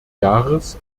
jahres